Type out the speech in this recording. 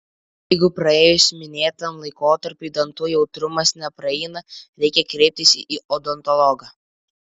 jeigu praėjus minėtam laikotarpiui dantų jautrumas nepraeina reikia kreiptis į odontologą